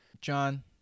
John